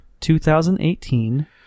2018